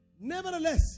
nevertheless